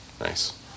nice